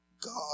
God